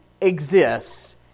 exists